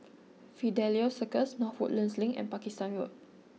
Fidelio Circus North Woodlands Link and Pakistan Road